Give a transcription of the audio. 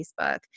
Facebook